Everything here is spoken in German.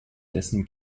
dessen